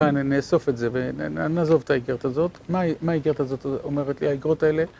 כאן... נאסוף את זה... ונעזוב את האיגרת הזאת. מה האיגרת הזאת אומרת לי? האיגרות האלה...